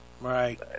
Right